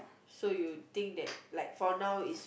so you think that like for now is